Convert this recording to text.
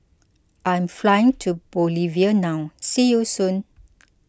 I am flying to Bolivia now see you soon